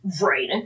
Right